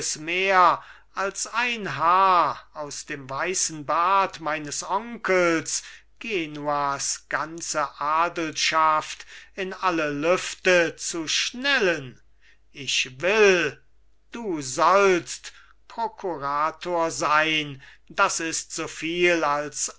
mehr als ein haar aus dem weißen bart meines onkels genuas ganze adelschaft in alle lüfte zu schnellen ich will du sollst prokurator sein das ist soviel als